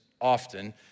often